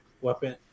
weapon